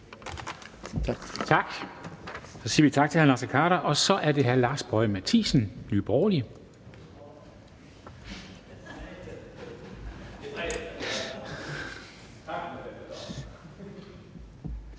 Så siger vi tak til hr. Naser Khader. Så er det hr. Lars Boje Mathiesen, Nye Borgerlige.